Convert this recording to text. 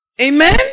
Amen